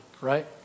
right